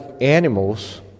animals